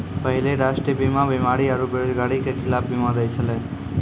पहिले राष्ट्रीय बीमा बीमारी आरु बेरोजगारी के खिलाफ बीमा दै छलै